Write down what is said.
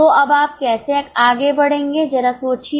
तो अब आप कैसे आगे बढ़ेंगे जरा सोचिए